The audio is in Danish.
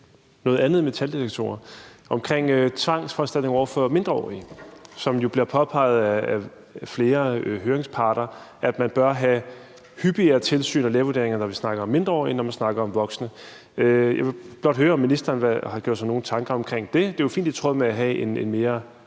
noget andet end metaldetektorer, nemlig tvangsforanstaltninger over for mindreårige. Det bliver jo påpeget af flere høringsparter, at man bør have hyppigere tilsyn og lægevurderinger, når vi snakker om mindreårige, i forhold til når vi snakker om voksne. Jeg vil blot høre, om ministeren har gjort sig nogen tanker om det. Det er jo fint i tråd med at have en mere,